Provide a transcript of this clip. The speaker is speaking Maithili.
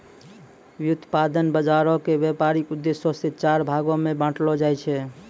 व्युत्पादन बजारो के व्यपारिक उद्देश्यो से चार भागो मे बांटलो जाय छै